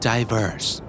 Diverse